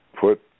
put